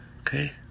Okay